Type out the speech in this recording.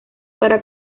para